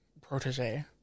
protege